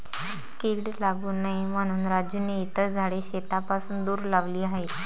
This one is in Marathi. कीड लागू नये म्हणून राजूने इतर झाडे शेतापासून दूर लावली आहेत